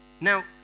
Now